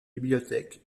bibliothèque